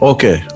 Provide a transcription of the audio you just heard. Okay